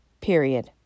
Period